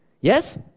Yes